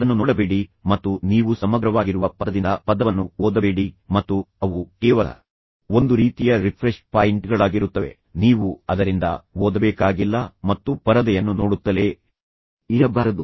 ಅದನ್ನು ನೋಡಬೇಡಿ ಮತ್ತು ನೀವು ಸಮಗ್ರವಾಗಿರುವ ಪದದಿಂದ ಪದವನ್ನು ಓದಬೇಡಿ ಮತ್ತು ಅವು ಕೇವಲ ಒಂದು ರೀತಿಯ ರಿಫ್ರೆಶ್ ಪಾಯಿಂಟ್ಗಳಾಗಿರುತ್ತವೆ ನೀವು ಅದರಿಂದ ಓದಬೇಕಾಗಿಲ್ಲ ಮತ್ತು ಪರದೆಯನ್ನು ನೋಡುತ್ತಲೇ ಇರಬಾರದು